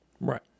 Right